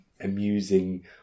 amusing